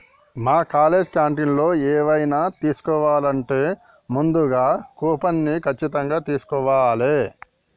మా కాలేజీ క్యాంటీన్లో ఎవైనా తీసుకోవాలంటే ముందుగా కూపన్ని ఖచ్చితంగా తీస్కోవాలే